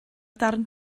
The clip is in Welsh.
darn